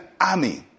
army